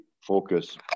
focus